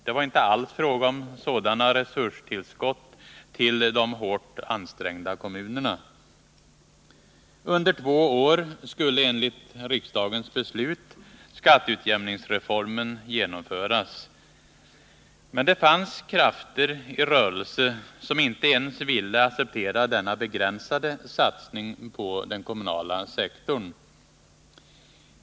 Det var inte alls fråga om sådana resurstillskott till de hårt ansträngda kommunerna. Under två år skulle enligt riksdagens beslut skatteutjämningsreformen genomföras. Men det fanns krafter i rörelse som inte ens ville acceptera denna begränsade satsning på den kommunala sektorn.